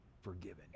forgiven